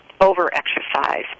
over-exercise